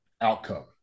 outcome